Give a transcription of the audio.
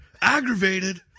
Aggravated